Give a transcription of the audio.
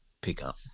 pickup